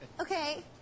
okay